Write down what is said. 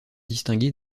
distingué